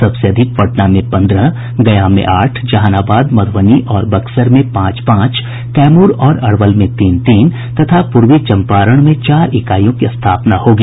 सबसे अधिक पटना में पन्द्रह गया में आठ जहानाबाद मध्रबनी और बक्सर में पांच पांच कैमूर और अरवल में तीन तीन तथा पूर्वी चंपारण में चार इकाइयों की स्थापना होगी